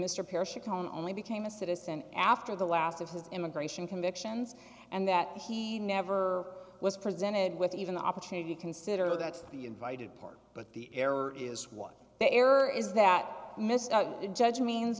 can only became a citizen after the last of his immigration convictions and that he never was presented with even the opportunity consider that's the invited part but the error is what the error is that mr judge means